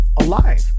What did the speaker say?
alive